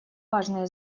важные